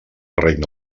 regne